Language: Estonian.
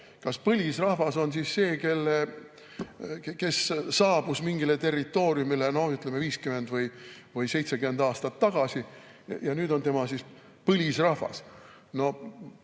Kas põlisrahvas on see, kes saabus mingile territooriumile 50 või 70 aastat tagasi, ja nüüd on tema põlisrahvas?